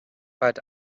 but